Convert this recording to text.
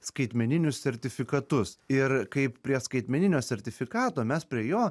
skaitmeninius sertifikatus ir kaip prie skaitmeninio sertifikato mes prie jo